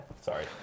Sorry